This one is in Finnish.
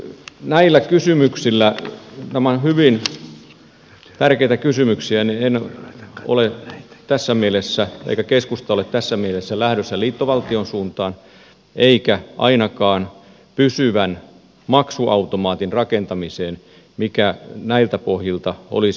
näillä kysymyksillä nämä ovat hyvin tärkeitä kysymyksiä en ole tässä mielessä eikä keskusta ole tässä mielessä lähdössä liittovaltion suuntaan eikä ainakaan pysyvän maksuautomaatin rakentamiseen mikä näiltä pohjilta olisi tulossa